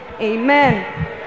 Amen